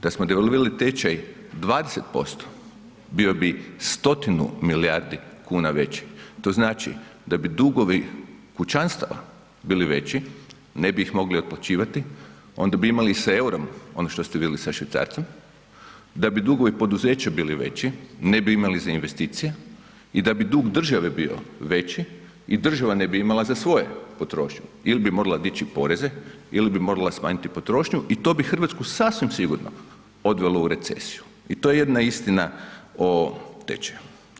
Da smo devalvirali tečaj 20%, bio bi stotinu milijardi kuna veći, to znači da bi dugovi kućanstava bili veći, ne bi ih mogli otplaćivati, onda bi imali s EUR-om ono što ste vidjeli sa švicarcem, da bi dugovi poduzeća bili veći, ne bi imali za investicije, i da bi dug države bio veći, i država ne bi imala za svoje, potrošnju, ili bi morala dići poreze, ili bi morala smanjiti potrošnju, i to bi Hrvatsku sasvim sigurno odvelo u recesiju, i to je jedna istina o tečaju.